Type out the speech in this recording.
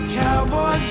cowboy